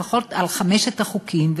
לפחות על חמשת החוקים,